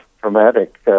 traumatic